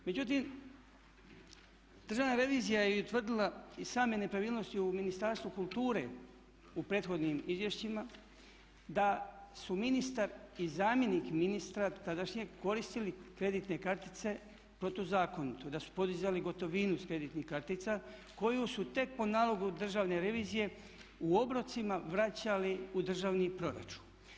Međutim, Državna revizija je utvrdila i same nepravilnosti u Ministarstvu kulture u prethodnim izvješćima da su ministar i zamjenik ministra tadašnjeg koristili kreditne kartice protuzakonito, da su podizali gotovinu s kreditnih kartica koju su tek po nalogu Državne revizije u obrocima vraćali u državni proračun.